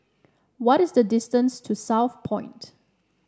what is the distance to Southpoint